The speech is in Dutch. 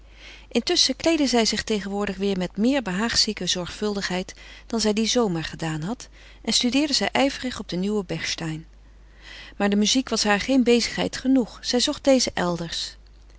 intusschen kleedde zij zich tegenwoordig weêr met meer behaagzieke zorgvuldigheid dan zij dien zomer gedaan had en studeerde zij ijverig op de nieuwe bechstein maar de muziek was haar geene bezigheid genoeg zij zocht deze elders